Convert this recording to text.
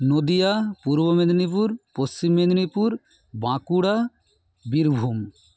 Nadia Purba Medinipur Paschim Medinipur Bankura Birbhum